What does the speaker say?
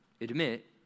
Admit